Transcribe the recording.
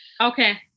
Okay